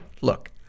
look